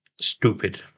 stupid